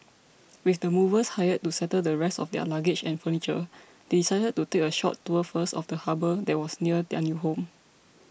with the movers hired to settle the rest of their luggage and furniture they decided to take a short tour first of the harbour that was near their new home